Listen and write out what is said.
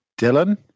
Dylan